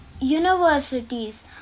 Universities